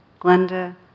Glenda